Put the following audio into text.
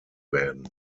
werden